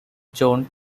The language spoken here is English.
john